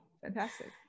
fantastic